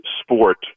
sport